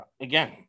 Again